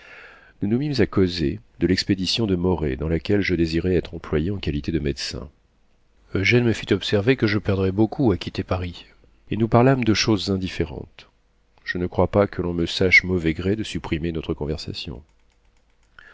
nous nous mîmes à causer de l'expédition de morée dans laquelle je désirais être employé en qualité de médecin eugène me fit observer que je perdrais beaucoup à quitter paris et nous parlâmes de choses indifférentes je ne crois pas que l'on me sache mauvais gré de supprimer notre conversation